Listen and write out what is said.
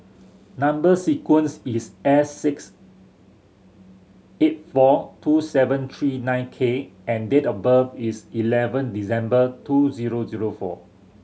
number sequence is S six eight four two seven three nine K and date of birth is eleven December two zero zero four